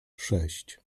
sześć